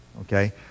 Okay